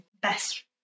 best